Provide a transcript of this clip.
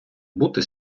бути